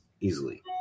easily